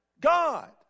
God